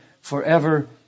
forever